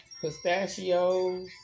Pistachios